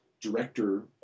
director